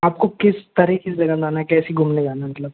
आपको किस तरीक़े की जगह जाना है कैसे घूमने जाना है मतलब